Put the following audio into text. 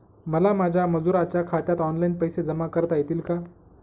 मला माझ्या मजुरांच्या खात्यात ऑनलाइन पैसे जमा करता येतील का?